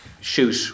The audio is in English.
shoot